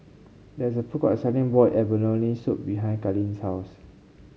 there is a food court selling Boiled Abalone Soup behind Kalene's house